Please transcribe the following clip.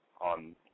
on